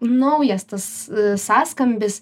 naujas tas sąskambis